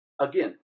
again